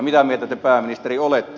mitä mieltä te pääministeri olette